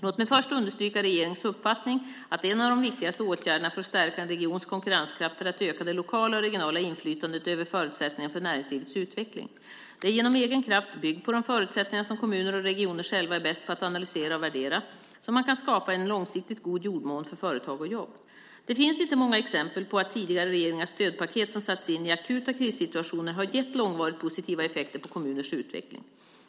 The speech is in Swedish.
Låt mig först understryka regeringens uppfattning att en av de viktigaste åtgärderna för att stärka en regions konkurrenskraft är att öka det lokala och regionala inflytandet över förutsättningarna för näringslivets utveckling. Det är genom egen kraft, byggd på de förutsättningar som kommuner och regioner själva är bäst på att analysera och värdera, som man kan skapa en långsiktigt god jordmån för företag och jobb. Det finns inte många exempel på att tidigare regeringars stödpaket som satts in i akuta krissituationer har gett långvarigt positiva effekter på kommuners utveckling.